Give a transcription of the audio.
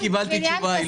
אני קיבלתי תשובה,